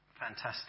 fantastic